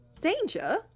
Danger